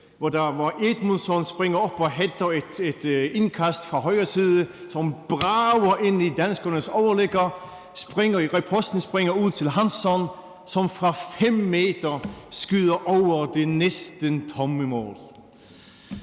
hvor Edmundsson springer op og header på mål efter et indkast fra højre side, og bolden brager ind i danskernes overligger, og riposten springer ud til Hansson, som fra fem meter skyder over det næsten tomme mål.